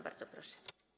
Bardzo proszę.